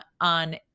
on